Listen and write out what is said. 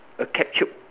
a capsule